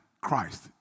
Christ